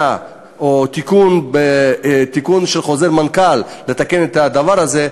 או תיקון של חוזר מנכ"ל לתקן את הדבר הזה,